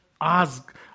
ask